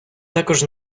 також